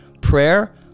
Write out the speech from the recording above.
Prayer